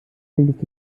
klingt